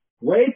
Wait